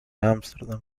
ámsterdam